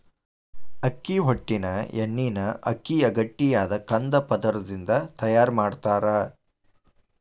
ಅಕ್ಕಿ ಹೊಟ್ಟಿನ ಎಣ್ಣಿನ ಅಕ್ಕಿಯ ಗಟ್ಟಿಯಾದ ಕಂದ ಪದರದಿಂದ ತಯಾರ್ ಮಾಡ್ತಾರ